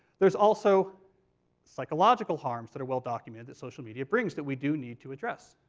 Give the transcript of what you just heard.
there's also psychological harms that are well documented that social media brings, that we do need to address.